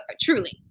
truly